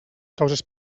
causes